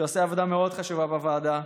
שעושה עבודה מאוד חשובה בוועדה,